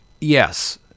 yes